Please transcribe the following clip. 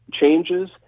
changes